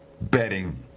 betting